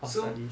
so